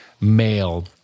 male